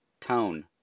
tone